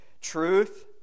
truth